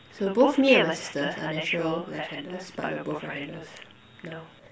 so both me and my sister are natural left handers but we are both right handers now